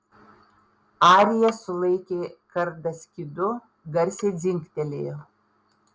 arija sulaikė kardą skydu garsiai dzingtelėjo